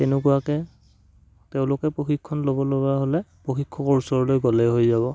এনেকুৱাকৈ তেওঁলোকে প্ৰশিক্ষণ ল'ব লগা হ'লে প্ৰশিক্ষকৰ ওচৰলৈ গ'লে হৈ যাব